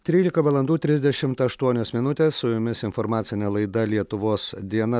trylika valandų trisdešimt aštuonios minutės su jumis informacinė laida lietuvos diena